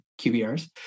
QBRs